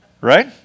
Right